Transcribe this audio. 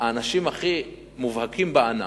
האנשים הכי מובהקים בענף,